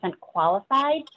qualified